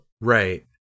Right